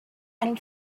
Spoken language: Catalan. any